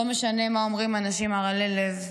לא משנה מה אומרים אנשים ערלי לב.